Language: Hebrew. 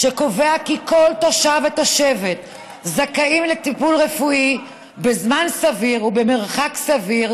שקובע כי כל תושב ותושבת זכאים לטיפול רפואי בזמן סביר ובמרחק סביר,